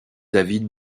david